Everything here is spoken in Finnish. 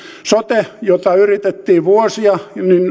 sote jota yritettiin vuosia